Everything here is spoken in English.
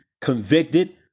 convicted